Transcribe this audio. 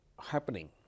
happening